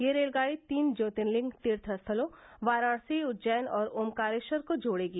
यह रेलगाड़ी तीन ज्योतिर्लिंग तीर्थ स्थलों वाराणसी उज्जैन और ओमकारेश्वर को जोडेगी